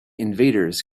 invaders